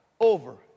over